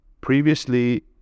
previously